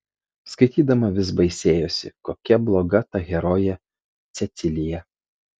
skaitydama vis baisėjosi kokia bloga ta herojė cecilija